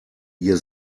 ihr